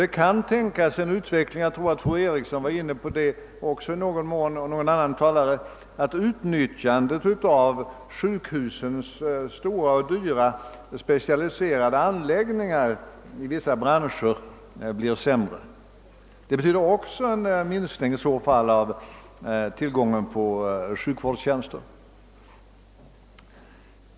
Det kan tänkas — jag tror att fru Eriksson i Stockholm i någon mån berörde detta — att utnyttjandet av sjukhusens stora, dyra, specialiserade anläggningar i vissa branscher blir sämre. Det betyder i så fall också en minskning av tillgången på sjukvårdstjänster.